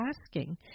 asking